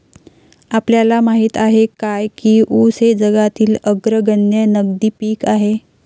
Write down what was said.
आपल्याला माहित आहे काय की ऊस हे जगातील अग्रगण्य नगदी पीक आहे?